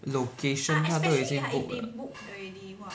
location 他都已经 book 了